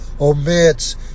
omits